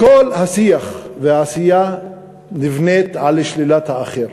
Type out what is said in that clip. כל השיח והעשייה נבנים על שלילת האחר.